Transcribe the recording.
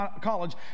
college